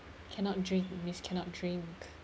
cannot drink means cannot drink